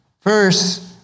First